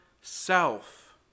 self